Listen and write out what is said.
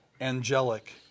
angelic